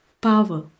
power